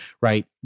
right